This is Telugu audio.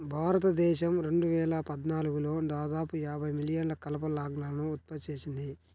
భారతదేశం రెండు వేల పద్నాలుగులో దాదాపు యాభై మిలియన్ల కలప లాగ్లను ఉత్పత్తి చేసింది